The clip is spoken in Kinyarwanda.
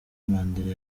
mandela